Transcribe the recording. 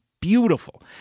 beautiful